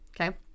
Okay